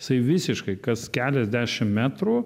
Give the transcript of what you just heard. jisai visiškai kas keliasdešim metrų